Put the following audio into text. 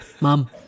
Mom